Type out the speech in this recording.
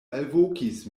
alvokis